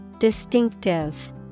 Distinctive